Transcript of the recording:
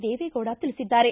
ದೇವೇಗೌಡ ತಿಳಿಸಿದ್ದಾರೆ